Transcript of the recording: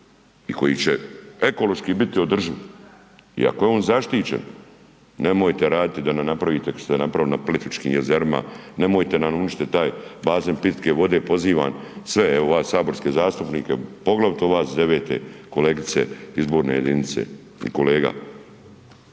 i koji će ekološki biti održiv i ako je on zaštićen nemojte radi da ne napravite kao što ste napravili na Plitvičkim jezerima, nemojte nam uništit taj bazen pitke vode. Pozivam sve evo vas saborske zastupnike, poglavito vas s devete, kolegice izborne jedinice i kolega.